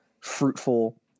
fruitful